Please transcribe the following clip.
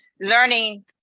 learning